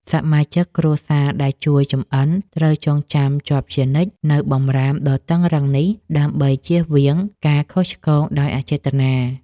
សមាជិកគ្រួសារដែលជួយចម្អិនត្រូវចងចាំជាប់ជានិច្ចនូវបម្រាមដ៏តឹងរ៉ឹងនេះ ដើម្បីជៀសវាងការខុសឆ្គងដោយអចេតនា។